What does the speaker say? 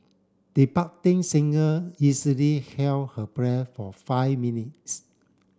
the singer easily held her breath for five minutes